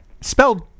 Spelled